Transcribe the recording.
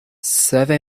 survey